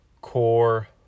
core